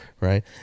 right